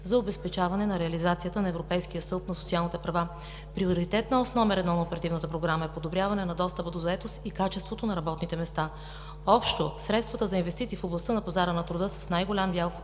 за обезпечаване на реализацията на Европейския стълб на социалните права. Приоритетна ос №1 на Оперативната програма е подобряване на достъпа до заетост и качеството на работните места. Общо средствата за инвестиции в областта на пазара на труда са с най-голям дял в